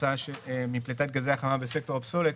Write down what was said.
כתוצאה מפליטת גזי החממה בסקטור הפסולת.